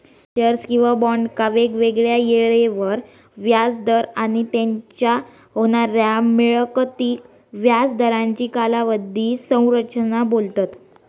shares किंवा बॉन्डका वेगवेगळ्या येळेवर व्याज दर आणि तेच्यान होणाऱ्या मिळकतीक व्याज दरांची कालावधी संरचना बोलतत